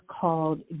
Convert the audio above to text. called